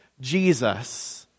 Jesus